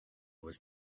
was